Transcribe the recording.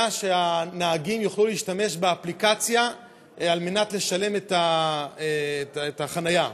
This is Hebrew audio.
שהנהגים יוכלו להשתמש באפליקציה כדי לשלם על חניה.